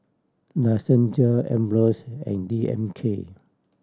La Senza Ambros and D M K